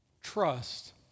trust